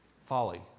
folly